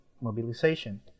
mobilization